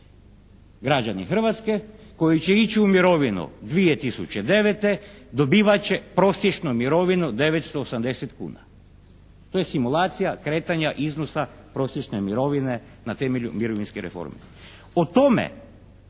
Građani Hrvatske koji će ići u mirovinu 2009. dobivat će prosječnu mirovinu 980,00 kuna. To je simulacija kretanja iznosa prosječne mirovine na temelju mirovinske reforme.